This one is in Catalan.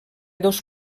dos